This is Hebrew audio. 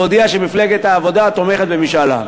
והודיע שמפלגת העבודה תומכת במשאל עם.